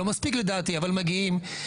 לא מספיק לדעתי, אבל מגיעים.